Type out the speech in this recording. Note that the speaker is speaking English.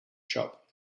shop